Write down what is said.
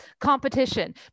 competition